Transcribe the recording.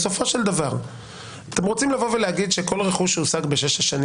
בסופו של דבר אתם רוצים לומר שכל רכוש שהושג בשש השנים